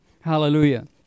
Hallelujah